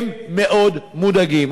הם מאוד מודאגים.